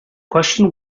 question